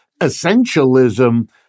essentialism